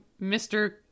Mr